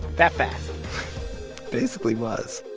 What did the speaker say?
that fast basically was